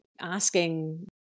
asking